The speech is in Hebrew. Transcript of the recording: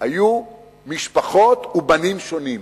היו משפחות ובנים שונים.